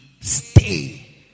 stay